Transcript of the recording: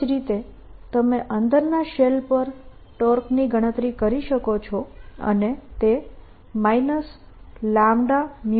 તે જ રીતે તમે અંદરના શેલ પર ટોર્કની ગણતરી કરી શકો છો અને તે 02Ka2 ના બરાબર હશે